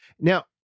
Now